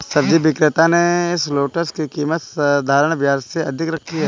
सब्जी विक्रेता ने शलोट्स की कीमत साधारण प्याज से अधिक रखी है